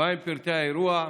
1. מהם פרטי האירוע?